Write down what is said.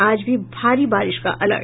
आज भी भारी बारिश का अलर्ट